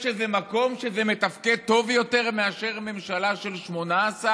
יש איזה מקום שזה מתפקד טוב יותר מאשר ממשלה של 18?